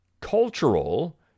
Cultural